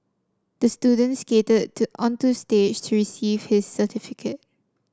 the student skated to onto the stage to receive his certificate